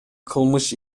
кылмыш